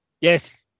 Yes